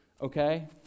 okay